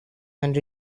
and